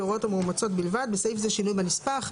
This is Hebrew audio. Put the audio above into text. להוראות המאומצות בלבד (בסעיף זה - שינוי בנספח)";